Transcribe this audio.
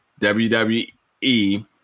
WWE